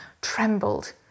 trembled